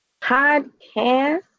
podcast